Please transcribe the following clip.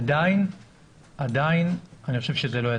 עדיין אני חושב שזה לא יספיק.